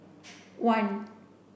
one